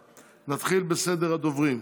התשפ"א 2021. נתחיל בסדר הדוברים.